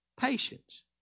patience